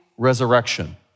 resurrection